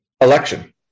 election